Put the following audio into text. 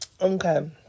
Okay